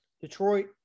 Detroit